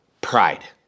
pride